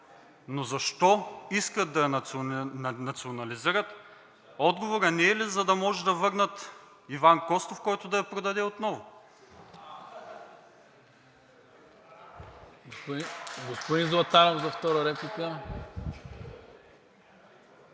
Но защо искат да я национализират? Отговорът не е ли – за да може да върнат Иван Костов, който да я продаде отново?